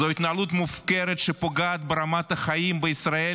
זאת התנהלות מופקרת שפוגעת ברמת החיים בישראל